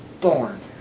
born